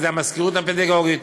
וזה המזכירות הפדגוגית.